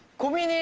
korea